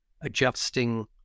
adjusting